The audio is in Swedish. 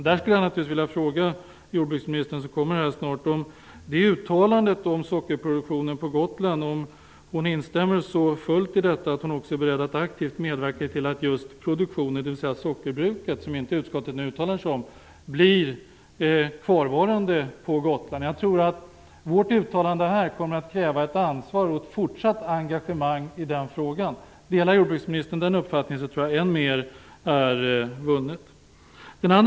Jag skulle vilja fråga jordbruksministern om hon instämmer i uttalandet om sockerproduktionen fullt ut och om också är beredd att aktivt medverka till att just produktionen, dvs. sockerbruket som utskottet inte uttalar sig om, blir kvar på Gotland. Jag tror att vårt uttalande här kommer att kräva ett ansvar och ett fortsatt engagemang i den frågan. Om jordbruksministern delar den uppfattningen tror jag att än mer är vunnet. Herr talman!